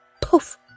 Poof